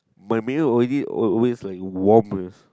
my mirror already always like warmest